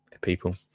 people